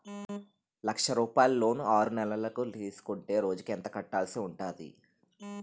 లక్ష రూపాయలు లోన్ ఆరునెలల కు తీసుకుంటే రోజుకి ఎంత కట్టాల్సి ఉంటాది?